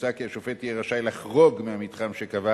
מוצע כי השופט יהיה רשאי לחרוג מהמתחם שקבע